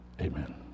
Amen